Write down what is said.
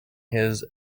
his